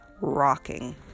rocking